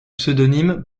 pseudonyme